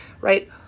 right